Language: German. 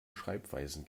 schreibweisen